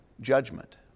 judgment